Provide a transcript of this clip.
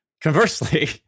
Conversely